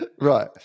Right